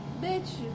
bitch